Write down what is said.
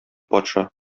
патша